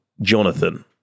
Jonathan